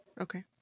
Okay